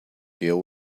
deal